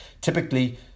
typically